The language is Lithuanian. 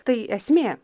tai esmė